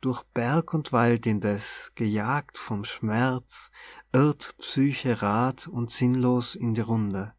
durch berg und wald indeß gejagt vom schmerz irrt psyche rath und sinnlos in die runde